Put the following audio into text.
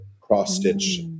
cross-stitch